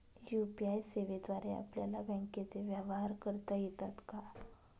UPI सेवेद्वारे आपल्याला बँकचे व्यवहार करता येतात का?